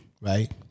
Right